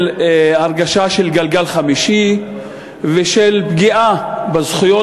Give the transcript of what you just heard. הרגשה של גלגל חמישי ושל פגיעה בזכויות